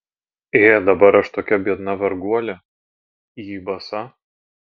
ė dabar aš tokia biedna varguolė į basa